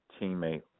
teammate